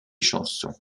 chansons